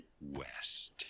West